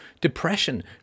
depression